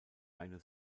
eine